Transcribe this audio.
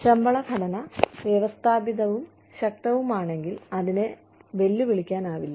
ശമ്പള ഘടന വ്യവസ്ഥാപിതവും ശക്തവുമാണെങ്കിൽ അതിനെ വെല്ലുവിളിക്കാനാവില്ല